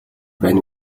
байна